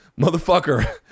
Motherfucker